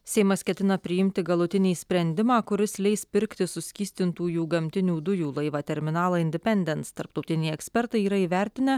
seimas ketina priimti galutinį sprendimą kuris leis pirkti suskystintųjų gamtinių dujų laivą terminalą indipendent tarptautiniai ekspertai yra įvertinę